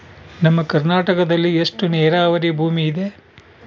ನಮ್ಮ ಕರ್ನಾಟಕದಲ್ಲಿ ಎಷ್ಟು ನೇರಾವರಿ ಭೂಮಿ ಇದೆ?